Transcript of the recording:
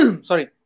sorry